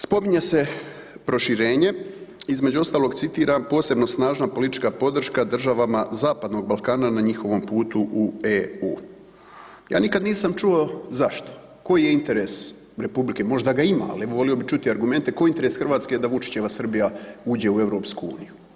Spominje se proširenje između ostalog, citiram „posebno snažna politička podrška državama Zapadnog Balkana na njihovom putu u EU“, ja nisam nikada čuo zašto, koji je interes Republike, možda ga ima, ali bi volio bih čuti argumenta koji je interes Hrvatska da Vučićeva Srbija uđe u EU?